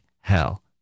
hell